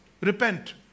Repent